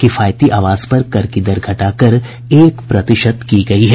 किफायती आवास पर कर की दर घटाकर एक प्रतिशत की गई है